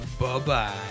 Bye-bye